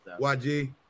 YG